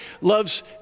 loves